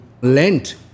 Lent